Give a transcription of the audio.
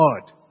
God